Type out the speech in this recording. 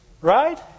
Right